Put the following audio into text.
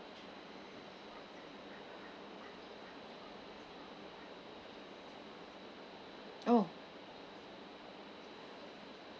oh